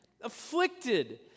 afflicted